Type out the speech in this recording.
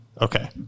Okay